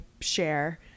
share